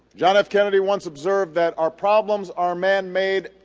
john f. kennedy once observed that our problems are man-made,